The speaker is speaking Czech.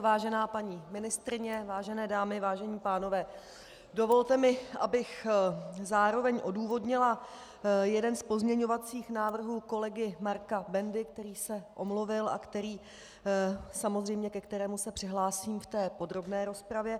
Vážená paní ministryně, vážené dámy, vážení pánové, dovolte mi, abych zároveň odůvodnila jeden z pozměňovacích návrhů kolegy Marka Bendy, který se omluvil, a ke kterému se samozřejmě přihlásím v podrobné rozpravě.